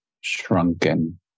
shrunken